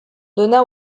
donnât